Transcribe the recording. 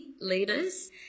leaders